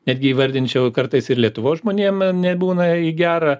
netgi įvardinčiau kartais ir lietuvos žmonėm nebūna į gera